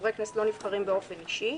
חברי כנסת לא נבחרים באופן אישי.